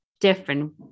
different